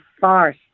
farce